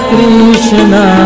Krishna